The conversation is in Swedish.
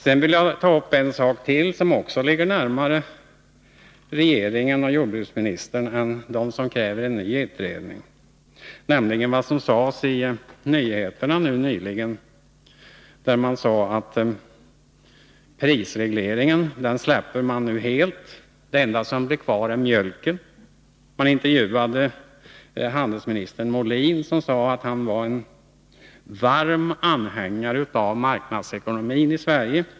Jag skall ta upp en sak till som också den ligger närmare regeringen och jordbruksministern än dem som kräver en ny utredning. Jag avser det som sades i nyheterna nyligen. Det påstods nämligen att man nu helt släpper prisregleringen. Enda undantaget är mjölken. Man intervjuade också handelsminister Molin, och han sade att han var en varm anhängare av marknadsekonomin i Sverige.